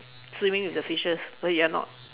swimming with the fishes but you are not